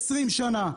20 שנה.